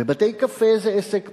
ובתי-קפה זה עסק פרטי.